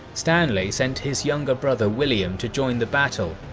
stanley sent his younger brother william to join the battle,